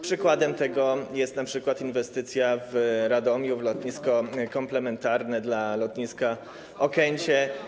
Przykładem tego jest np. inwestycja w Radomiu w lotnisko komplementarne dla lotniska Okęcie.